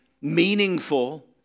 meaningful